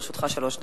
לרשותך שלוש דקות.